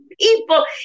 people